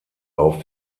auf